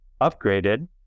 upgraded